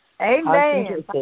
Amen